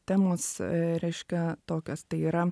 temos reiškia tokios tai yra